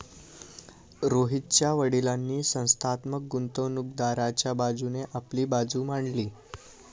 रोहितच्या वडीलांनी संस्थात्मक गुंतवणूकदाराच्या बाजूने आपली बाजू मांडली